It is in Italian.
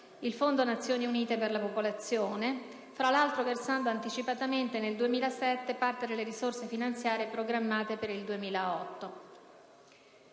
il Fondo Nazioni Unite per la popolazione, fra l'altro versando anticipatamente nel 2007 parte delle risorse finanziarie programmate per il 2008.